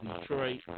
Detroit